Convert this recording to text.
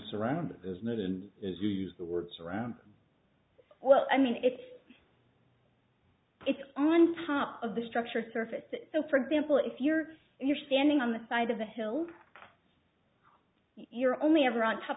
as you use the words around well i mean if it's on top of the structure surface so for example if you're you're standing on the side of the hill you're only ever on top